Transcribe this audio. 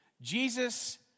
Jesus